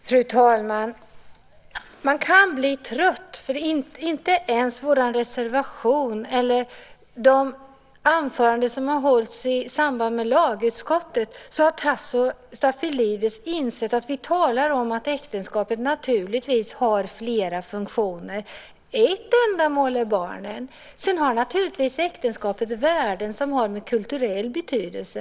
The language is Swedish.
Fru talman! Man kan bli trött, för inte ens vår reservation eller de anföranden som har hållits i samband med lagutskottets betänkande har lett till att Tasso Stafilidis insett att vi menar att äktenskapet naturligtvis har flera funktioner. Ett ändamål är barnen. Vidare har äktenskapet naturligtvis värden av kulturell betydelse.